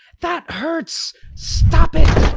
that hurts! stop it!